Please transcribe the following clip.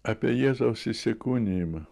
apie jėzaus įsikūnijimą